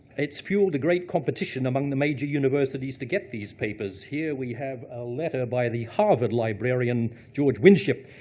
it's fueled a great competition, among the major universities, to get these papers. here we have a letter by the harvard librarian, george winship,